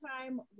time